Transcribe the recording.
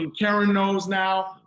and karen knows now.